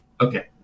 Okay